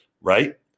right